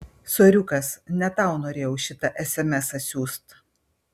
soriukas ne tau norėjau šitą esemesą siųst